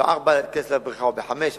בשעה 16:00 להיכנס לבריכה או בשעה 17:00,